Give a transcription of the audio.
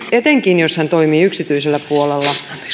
etenkin jos hän toimii yksityisellä puolella